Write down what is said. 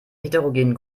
heterogenen